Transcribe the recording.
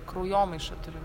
kraujomaišą turim